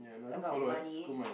about money